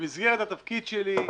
במסגרת התפקיד שלי,